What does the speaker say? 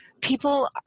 people